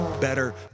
better